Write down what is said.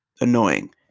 annoying